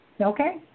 Okay